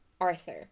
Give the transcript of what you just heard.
Arthur